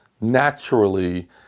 naturally